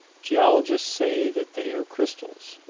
geologists say that they are crystals.